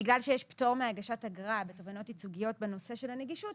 בגלל שיש פטור מהגשת אגרה בתובענות ייצוגיות בנושא של הנגישות,